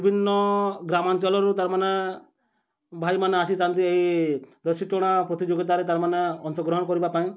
ବିଭିନ୍ନ ଗ୍ରାମାଞ୍ଚଲରୁ ତାରମାନେ ଭାଇମାନେ ଆସିଥାନ୍ତି ଏହି ପ୍ରଶିଷ୍ଟଣା ପ୍ରତିଯୋଗିତାରେ ତାରମାନେ ଅଂଶଗ୍ରହଣ କରିବା ପାଇଁ